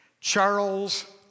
Charles